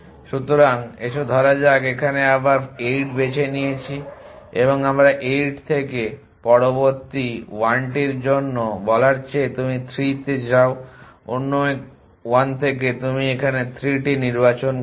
সুতরাং এসো ধরা যাক এখানে আমরা 8 বেছে নিয়েছি এবং আমরা 8 থেকে পরবর্তী 1টির জন্য বলার চেয়ে তুমি 3 তে যাও অন্য 1 থেকে তুমি এখানে 3টি নির্বাচন করো